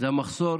מחסור